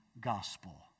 gospel